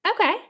Okay